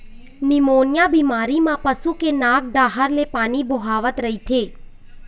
pneumonia बेमारी म पशु के नाक डाहर ले पानी बोहावत रहिथे